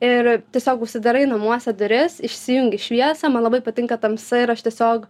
ir tiesiog užsidarai namuose duris išsijungi šviesą man labai patinka tamsa ir aš tiesiog